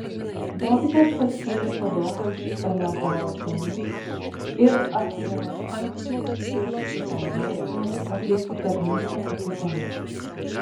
dovydas paskyrė cadoką iš eleazaro sūnų ir ahimelechą iš itamaro sūnų atlikti tarnystę pakaitomis